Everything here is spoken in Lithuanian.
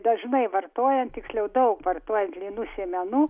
dažnai vartojant tiksliau daug vartojant linų sėmenų